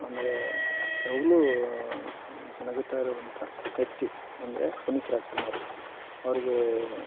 ಆಮೇಲೆ ಯಾವಾಗ್ಲೂ ನಗುತ್ತಾ ಇರುವಂಥ ವ್ಯಕ್ತಿ ಅಂದರೆ ಪುನೀತ್ ರಾಜ್ಕುಮಾರ್ ಅವರಿಗೆ